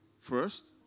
first